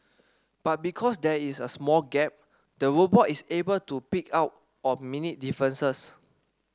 but because there is a small gap the robot is able to pick up on minute differences